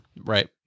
Right